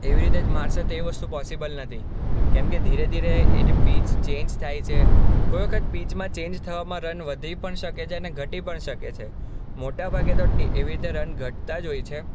એવી રીતે જ મારશે તો એ વસ્તુ પોસિબલ નથી કેમ કે ધીરે ધીરે એટલે પિચ ચેંજ થાય છે કોઈ વખત પિચમાં ચેંજ થવામાં રન વધી પણ શકે છે અને ઘટી પણ શકે છે મોટા ભાગે તો એવી રીતે રન ઘટતા જ હોય છે